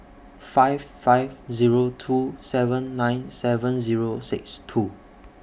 five five Zero two seven nine seven Zero six two